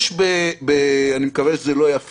אני ממליץ ואני מבקש שייכתב